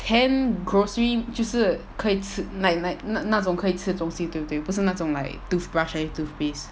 ten grocery 就是可以吃 like like 那那种可以吃东西对不对不是那种 like toothbrush 还有 toothpaste